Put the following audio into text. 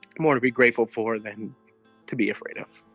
more to be grateful for than to be afraid of